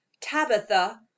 Tabitha